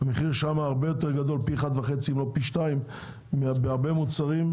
המחירים שם הרבה יותר גדול פי 1.5 אם לא פי 2 בהרבה מוצרים,